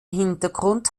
hintergrund